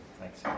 Thanks